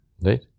right